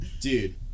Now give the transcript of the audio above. Dude